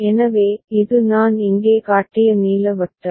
எனவே இது நான் இங்கே காட்டிய நீல வட்டம்